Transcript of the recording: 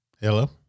Hello